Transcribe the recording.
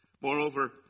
Moreover